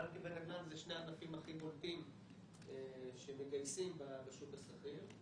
בנקים ונדל"ן הם שני הענפים הכי בולטים שמגייסים בשוק הסחיר.